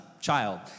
child